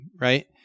right